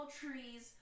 trees